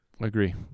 agree